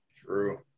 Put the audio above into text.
True